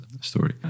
story